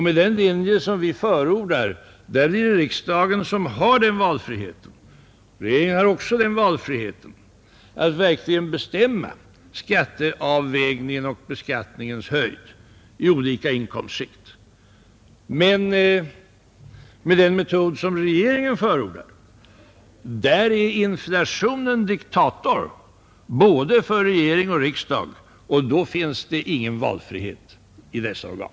Med den linje som vi förordar är det riksdagen — och även regeringen — som får valfriheten att verkligen bestämma skatteavvägningen och beskattningens höjd i olika inkomstskikt. Men med den metod som regeringen förordar blir inflationen diktator både för regering och riksdag, och då finns det ingen valfrihet för dessa organ.